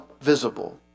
visible